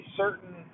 certain